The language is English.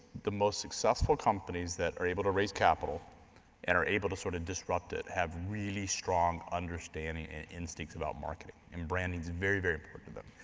the most successful companies that are able to raise capital and are able to sort of disrupt it, have really strong understanding and instincts about marketing, and branding is very, very important to that.